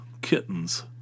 kittens